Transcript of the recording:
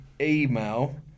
email